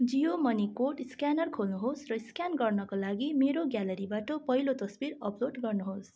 Jio money code scanner खोल्नुहोस् र scan गर्नाका लागि मेरो ग्यालेरीबाट पहिलो तस्विर अपलोड गर्नुहोस्